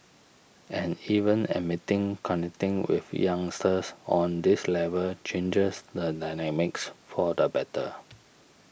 and even admitting connecting with youngsters on this level changes the dynamics for the better